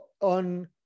on